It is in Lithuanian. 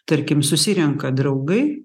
tarkim susirenka draugai